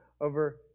over